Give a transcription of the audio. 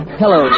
hello